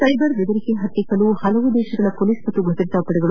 cyber ಬೆದರಿಕೆ ಹತ್ತಿಕ್ಕಲು ಹಲವು ದೇಶಗಳ ಪೊಲೀಸ್ ಮತ್ತು ಭದ್ರತಾ ಪಡೆಗಳು